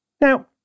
Now